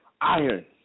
iron